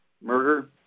murder